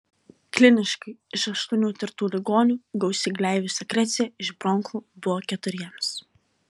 kliniškai iš aštuonių tirtų ligonių gausi gleivių sekrecija iš bronchų buvo keturiems